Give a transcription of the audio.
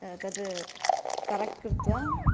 तत् करेक्ट् कृत्वा